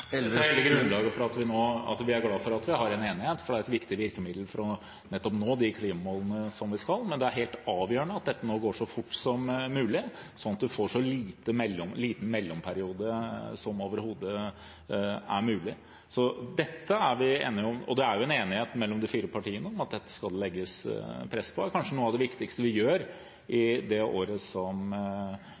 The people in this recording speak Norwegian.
vi er glad for at vi har en enighet – og et viktig virkemiddel for nettopp å nå de klimamålene som vi skal. Men det er helt avgjørende at dette nå går så fort som mulig, sånn at vi får en så liten mellomperiode som overhodet mulig. Så dette er vi enige om. Det er en enighet mellom de fire partiene om at dette skal det legges press på. Det er kanskje noe av det viktigste vi gjør i det året som